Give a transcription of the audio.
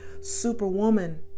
Superwoman